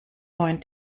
neuen